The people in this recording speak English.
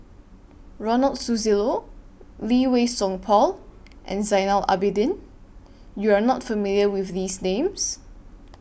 Ronald Susilo Lee Wei Song Paul and Zainal Abidin YOU Are not familiar with These Names